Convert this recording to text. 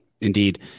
Indeed